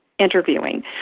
interviewing